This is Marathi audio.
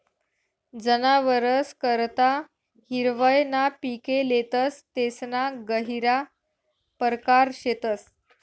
जनावरस करता हिरवय ना पिके लेतस तेसना गहिरा परकार शेतस